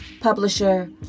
publisher